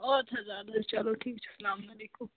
اَدٕ حظ اَدٕ حظ چلو ٹھیٖک چھُ سلامُ علیکُم